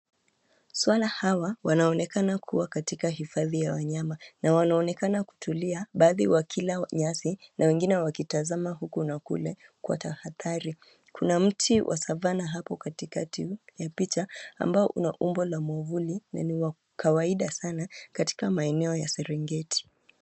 Swara hawa wanaonekana kuwa katika hifadhi ya wanyama na wanaonekana kutulia baadhi wakila nyasi na wengine wakitazama huku na kule kwa tahadhari. Kuna mti wa savanah hapo katikati ya picha ambao umeumbwa na mwavuli na ni wa kawaida sana katika maeneo ya Serengeti.